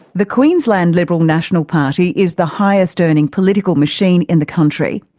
the queensland liberal national party is the highest earning political machine in the country.